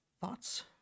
Thoughts